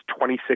26